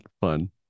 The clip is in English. fun